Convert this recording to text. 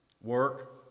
work